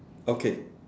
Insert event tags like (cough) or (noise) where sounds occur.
okay (breath)